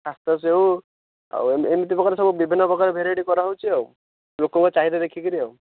ଖାସ୍ତା ସେଉ ଆଉ ଆଉ ଏମିତି ପ୍ରକାର ସବୁ ବିଭିନ୍ନ ପ୍ରକାର ଭେରାଇଟି କରା ହେଉଛି ଆଉ ଲୋକଙ୍କ ଚାହିଦା ଦେଖିକିରି ଆଉ